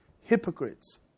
hypocrites